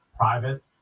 private